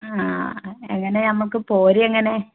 ആ എങ്ങനെ നമുക്ക് പോരെ എങ്ങനെ